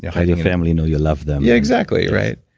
yeah yeah family know you love them exactly, right.